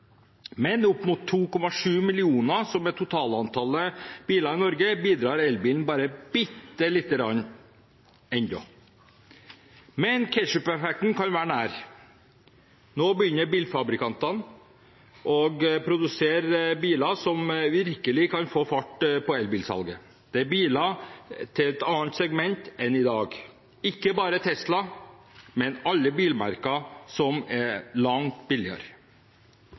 Men opp mot 2,7 millioner biler, som er totalantallet biler i Norge, bidrar elbilen bare bitte lite grann – ennå. Men ketchupeffekten kan være nær. Nå begynner bilfabrikantene å produsere biler som virkelig kan få fart på elbilsalget. Det er biler til et annet segment enn i dag – ikke bare Tesla, men bilmerker som er langt